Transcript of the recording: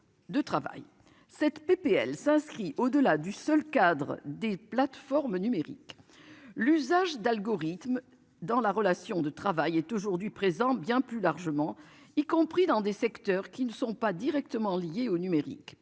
cette PPL s'inscrit au-delà du seul cadre des plateformes numériques, l'usage d'algorithmes dans la relation de travail est aujourd'hui présent bien plus largement y compris dans des secteurs qui ne sont pas directement liées au numérique.